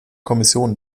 kommission